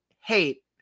hate